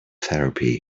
therapy